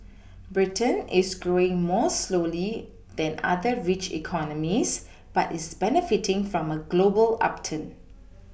Britain is growing more slowly than other rich economies but is benefiting from a global upturn